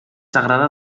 sagrada